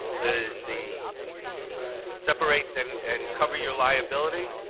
the the separate and and cover your liability